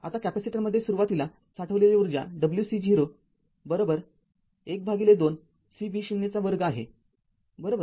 आता कॅपेसिटरमध्ये सुरवातीला साठवलेली उर्जा wc0 १२ C v0 २ आहे बरोबर